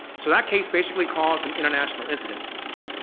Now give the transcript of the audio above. so that case basically caused an international incident.